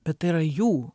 bet tai yra jų